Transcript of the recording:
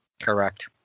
correct